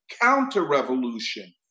counter-revolution